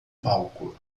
palco